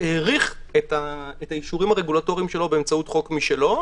האריך את האישורים הרגולטוריים שלו באמצעות חוק משלו,